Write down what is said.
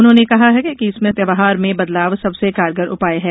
उन्होंने कहा कि इसमें व्यवहार में बदलाव सबसे कारगर उपाय है